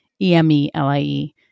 E-M-E-L-I-E